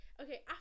okay